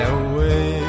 away